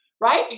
right